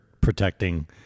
protecting